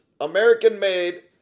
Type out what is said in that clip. American-made